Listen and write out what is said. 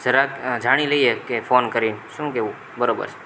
જરાક જાણી લઈએ કે ફોન કરીને શું કહેવું બરાબર સે